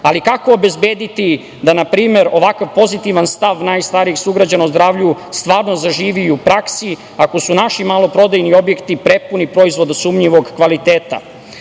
aditiva. Kako obezbediti da npr. ovakav pozitivan stav najstarijih sugrađana o zdravlju stvarno zaživi i u praksi ako su naši maloprodajni objekti prepuni proizvoda sumnjivog kvaliteta?